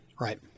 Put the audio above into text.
right